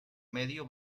medio